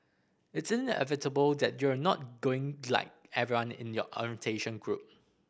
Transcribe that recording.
it's inevitable that you're not going to like everyone in your orientation group